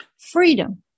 freedom